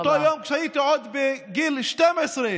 אותו יום כשהייתי עוד בגיל 12,